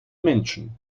menschen